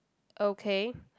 okay